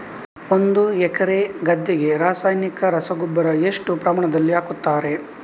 ಒಂದು ಎಕರೆ ಗದ್ದೆಗೆ ರಾಸಾಯನಿಕ ರಸಗೊಬ್ಬರ ಎಷ್ಟು ಪ್ರಮಾಣದಲ್ಲಿ ಹಾಕುತ್ತಾರೆ?